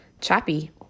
choppy